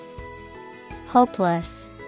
hopeless